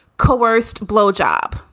coerced blowjob.